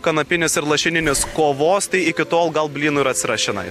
kanapinis ir lašininis kovos tai iki tol gal blynų ir atsiras čionai